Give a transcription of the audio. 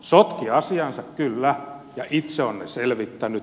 sotki asiansa kyllä ja itse on ne selvittänyt